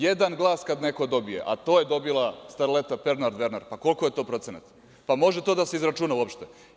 Jedan glas kad neko dobije, a to je dobila starleta Pernar Dvernar, pa koliko je to procenata, da li to može da se izračuna uopšte.